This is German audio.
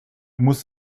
muss